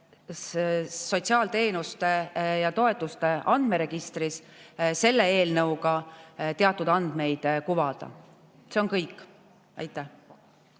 sotsiaalteenuste ja -toetuste andmeregistris selle eelnõu kohaselt teatud andmeid kuvada. See on kõik. Ma